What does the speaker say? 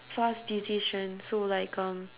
fast decision so like um